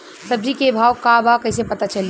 सब्जी के भाव का बा कैसे पता चली?